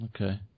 Okay